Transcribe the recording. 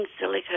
silica